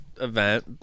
event